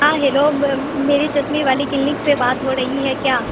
ہاں ہیلو میری چشمے والی کلینک پہ بات ہو رہی ہے کیا